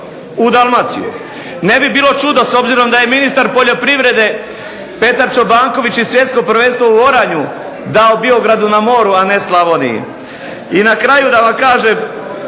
u Dalmaciju. Ne bi bilo čudo s obzirom da je ministar poljoprivrede Petar Čobanković i svjetsko prvenstvo u oranju dao Biogradu na moru, a ne Slavoniji. I na kraju da vam kažem